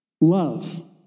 Love